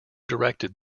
directed